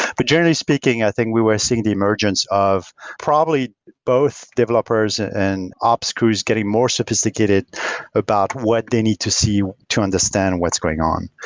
but generally speaking, i think we were seeing the emergence of probably both developers and ops crews getting more sophisticated about what they need to see to understand what's going on.